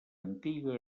antiga